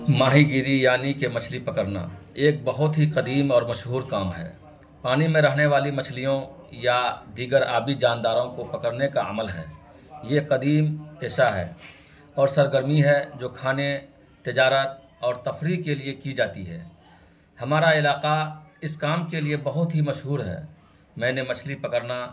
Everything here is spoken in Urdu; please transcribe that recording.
ماہی گیری یعنی کے مچھلی پکڑنا ایک بہت ہی قدیم اور مشہور کام ہے پانی میں رہنے والی مچھلیوں یا دیگر آبی جانداروں کو پکڑنے کا عمل ہے یہ قدیم پیشہ ہے اور سرگرمی ہے جو کھانے تجارات اور تفریح کے لیے کی جاتی ہے ہمارا علاقہ اس کام کے لیے بہت ہی مشہور ہے میں نے مچھلی پکڑنا